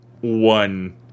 one